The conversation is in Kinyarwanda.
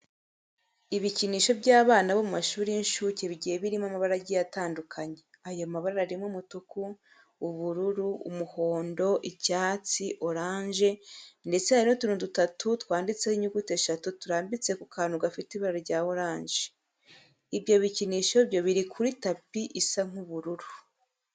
Ibikinisho by'abana bo mu mashuri y'inshuke bigiye birimo amabara agiye atandukanye. Ayo mabara arimo umutuku, ubururu, umuhondo, icyatsi, oranje ndetse hari n'utuntu dutatu twanditseho inyuguti eshatu turambitse ku kantu gafite ibara rya oranje. Ibyo bikinisho byo biri kuri tapi isa nk'ubururu.